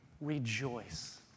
Rejoice